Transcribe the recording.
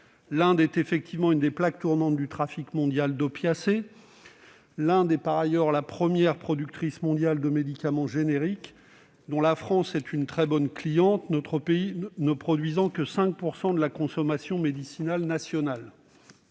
l'Inde est bien l'une des plaques tournantes du trafic mondial d'opiacés. Elle est par ailleurs le premier producteur mondial de médicaments génériques- la France est d'ailleurs une très bonne cliente de l'Inde, notre pays ne produisant que 5 % de la consommation médicinale nationale.